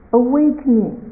awakening